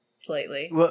slightly